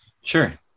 Sure